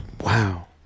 wow